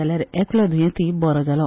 जाल्यार एकलो दुयेंती बरो जालो